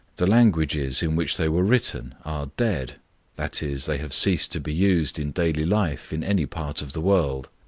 the languages in which they were written are dead' that is, they have ceased to be used in daily life in any part of the world.